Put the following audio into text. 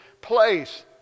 place